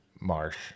marsh